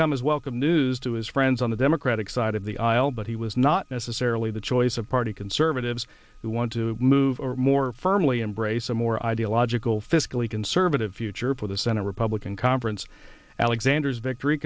come as welcome news to his friends on the democratic side of the aisle but he was not necessarily the choice of party conservatives who want to move or more firmly embrace a more ideological fiscally conservative future for the senate republican conference alexander's victory